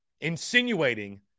insinuating